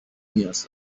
نیاز